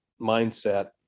mindset